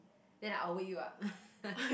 then I will wake you up